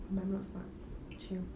but I'm not smart actually